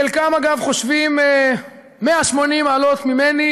חלקם, אגב, חושבים 180 מעלות ממני